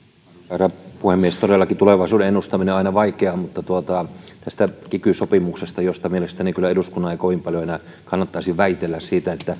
herra puhemies todellakin tulevaisuuden ennustaminen on aina vaikeaa mutta tämän kiky sopimuksen josta mielestäni kyllä eduskunnan ei kovin paljon enää kannattaisi väitellä